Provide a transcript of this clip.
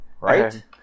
Right